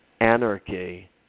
anarchy